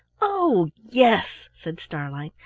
oh, yes! said starlein.